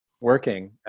working